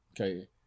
okay